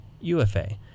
UFA